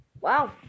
Wow